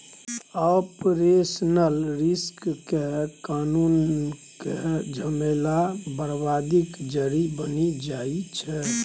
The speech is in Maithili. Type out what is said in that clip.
आपरेशनल रिस्क मे कानुनक झमेला बरबादीक जरि बनि जाइ छै